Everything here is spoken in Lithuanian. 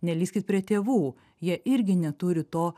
nelyskit prie tėvų jie irgi neturi to